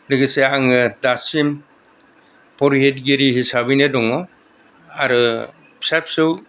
लोगोसे आङो दासिम पुरुहितगिरि हिसाबैनो दङ आरो फिसा फिसौ